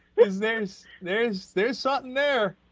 is there is there is there something there